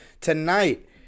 Tonight